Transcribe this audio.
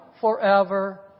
forever